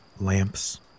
Lamps